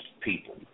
people